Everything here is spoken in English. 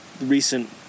recent